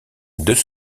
deux